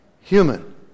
Human